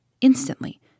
instantly